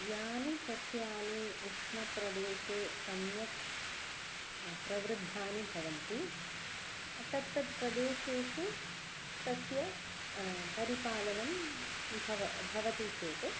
यानि सस्यानि उष्णप्रदेशे सम्यक् प्रवृद्धानि भवन्ति तत् तत् प्रदेशेषु तस्य परिपालनं भव भवति चेत्